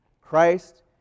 Christ